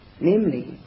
namely